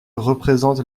représente